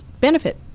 benefit